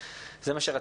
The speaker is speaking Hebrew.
שזה מה שרציתי לעשות,